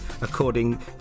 according